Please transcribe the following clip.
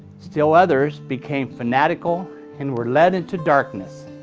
still others became fanatical and were led into darkness.